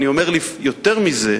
אני אומר יותר מזה: